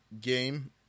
game